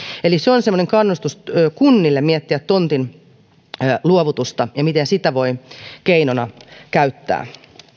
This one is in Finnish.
eli se on on semmoinen kannustus kunnille miettiä tontinluovutusta ja miten sitä voi keinona käyttää